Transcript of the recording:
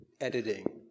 editing